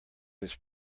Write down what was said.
his